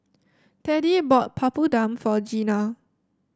Teddie bought Papadum for Gina